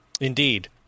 indeed